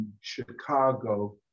Chicago